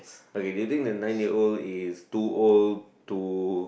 okay do you think that nine year old is too old to